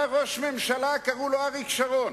היה ראש ממשלה, קראו לו אריק שרון.